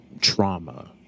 trauma